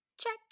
Check